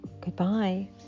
Goodbye